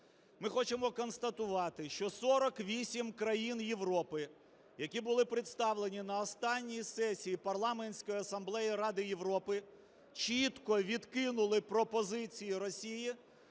Ми хочемо констатувати, що 48 країн Європи, які були представлені на останній сесії Парламентської асамблеї Ради Європи, чітко відкинули пропозиції Росії